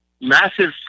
massive